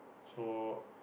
so